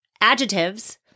adjectives